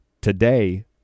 today